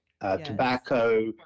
tobacco